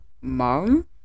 mom